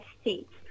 states